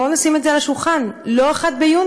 בואו נשים את זה על השולחן: לא 1 ביוני,